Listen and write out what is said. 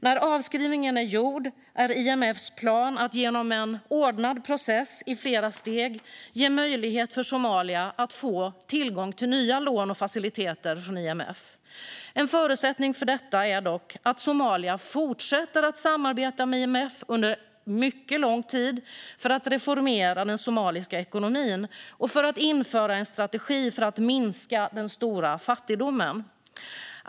När avskrivningen är gjord är IMF:s plan att genom en ordnad process i flera steg ge möjlighet för Somalia att få tillgång till nya lån och faciliteter från IMF. En förutsättning för detta är dock att Somalia fortsätter att samarbeta med IMF under mycket lång tid för att reformera den somaliska ekonomin och för att införa en strategi för att minska den stora fattigdomen.